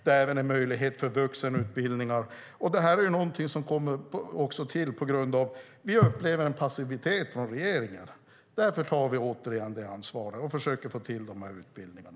Det ger även en möjlighet för vuxenutbildningar. Detta är något som kommer till också på grund av att vi upplever en passivitet från regeringen. Därför tar vi återigen ansvar och försöker få till dessa utbildningar.